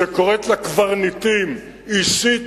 שקוראת לקברניטים אישית,